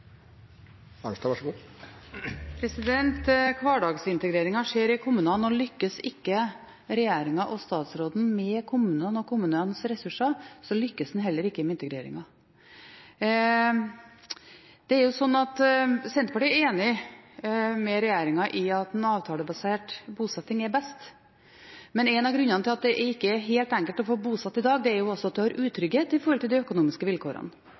skjer i kommunene, og lykkes ikke regjeringen og statsråden med kommunene og kommunenes ressurser, lykkes man heller ikke med integreringen. Senterpartiet er enig med regjeringen i at en avtalebasert bosetting er best, men en av grunnene til at det ikke er helt enkelt å få til bosetting i dag, er at man har utrygghet når det gjelder de økonomiske vilkårene. Det er et faktum at vertskommunetilskuddet er underfinansiert, det er et faktum at man også skulle økt tilskuddene til